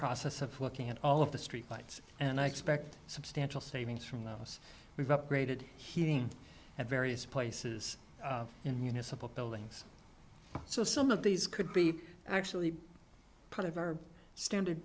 process of looking at all of the streetlights and i expect substantial savings from those we've upgraded heating at various places in municipal buildings so some of these could be actually part of our standard